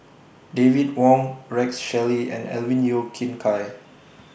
David Wong Rex Shelley and Alvin Yeo Khirn Hai